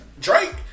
Drake